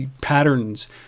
patterns